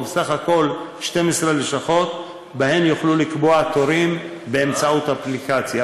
ובסך הכול 12 לשכות שבהן יוכלו לקבוע תורים באמצעות אפליקציה.